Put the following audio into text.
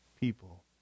people